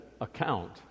account